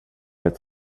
ett